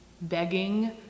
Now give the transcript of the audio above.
begging